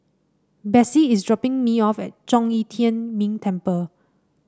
Bessie is dropping me off at Zhong Yi Tian Ming Temple